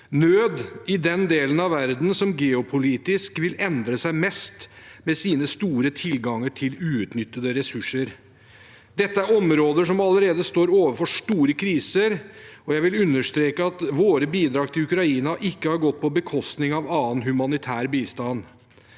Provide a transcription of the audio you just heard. nød i den delen av verden som geopolitisk vil endre seg mest, med sin store tilgang til uutnyttede ressurser. Dette er områder som allerede står overfor store kriser. Jeg vil understreke at våre bidrag til Ukraina ikke har gått på bekostning av annen humanitær bistand.